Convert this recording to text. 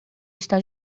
está